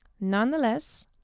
Nonetheless